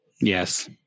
Yes